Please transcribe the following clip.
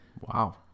Wow